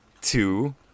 two